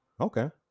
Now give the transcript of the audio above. okay